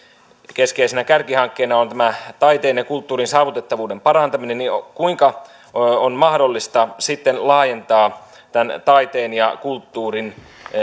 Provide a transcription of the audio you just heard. keskeisenä kärkihankkeena on tämä taiteen ja kulttuurin saavutettavuuden parantaminen niin kuinka on mahdollista sitten laajentaa tämän taiteen ja kulttuurin